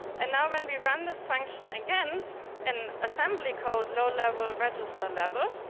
and now when we run this function again in assembly code low-level, register level,